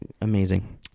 amazing